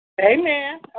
Amen